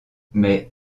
mais